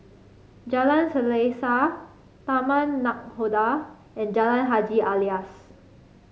Jalan Selaseh Taman Nakhoda and Jalan Haji Alias